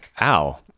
Ow